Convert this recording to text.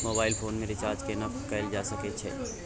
Mobile phone के recharge केना कैल जा सकै छै?